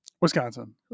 wisconsin